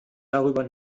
darüber